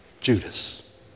Judas